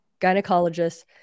gynecologists